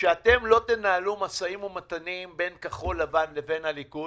שאתם לא תנהלו משאים ומתנים בין כחול לבן לבין הליכוד